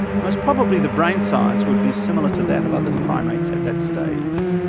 most probably the brain size would be similar to that of other primates at that stage.